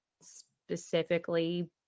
specifically